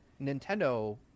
Nintendo